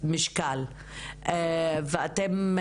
משקל ואתם,